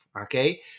Okay